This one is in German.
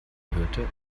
hörte